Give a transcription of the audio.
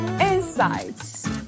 insights